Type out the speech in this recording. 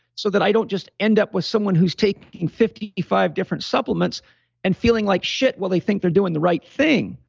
so that i don't just end up with someone who's taking fifty five different supplements and feeling like shit while they think they're doing the right thing.